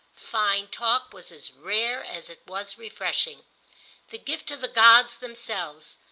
fine talk was as rare as it was refreshing the gift of the gods themselves,